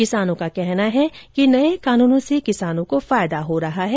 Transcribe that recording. किसानों का कहना है कि नए कानून से किसानों को फायदा हो रहा है